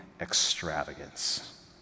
extravagance